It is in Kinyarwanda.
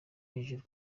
hejuru